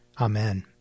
Amen